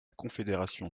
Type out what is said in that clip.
confédération